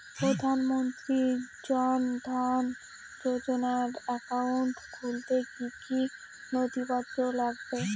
প্রধানমন্ত্রী জন ধন যোজনার একাউন্ট খুলতে কি কি নথিপত্র লাগবে?